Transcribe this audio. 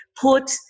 Put